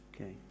Okay